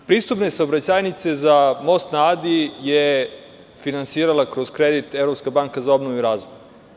Pristupne saobraćajnice za most na Adi je finansirala kroz kredit Evropska banka za obnovu i razvoj.